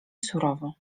surowo